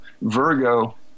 Virgo